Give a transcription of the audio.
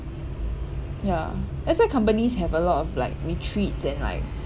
ya that's why companies have a lot of like retreats and like